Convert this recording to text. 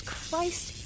Christ